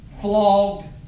flogged